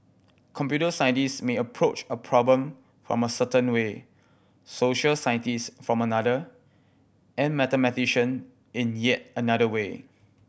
computer scientist may approach a problem from a certain way social scientist from another and mathematician in yet another way